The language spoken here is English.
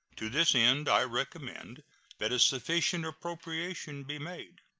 to this end i recommend that a sufficient appropriation be made.